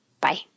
Bye